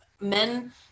men